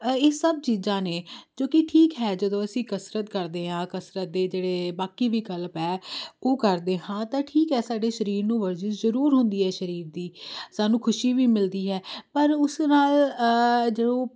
ਇਹ ਸਭ ਚੀਜ਼ਾਂ ਨੇ ਜੋ ਕਿ ਠੀਕ ਹੈ ਜਦੋਂ ਅਸੀਂ ਕਸਰਤ ਕਰਦੇ ਹਾਂ ਕਸਰਤ ਦੇ ਜਿਹੜੇ ਬਾਕੀ ਵਿਕਲਪ ਹੈ ਉਹ ਕਰ ਕਰਦੇ ਹਾਂ ਤਾਂ ਠੀਕ ਹੈ ਸਾਡੇ ਸਰੀਰ ਨੂੰ ਵਰਜਿਸ਼ ਜ਼ਰੂਰ ਹੁੰਦੀ ਹੈ ਸਰੀਰ ਦੀ ਸਾਨੂੰ ਖੁਸ਼ੀ ਵੀ ਮਿਲਦੀ ਹੈ ਪਰ ਉਸ ਨਾਲ ਜੋ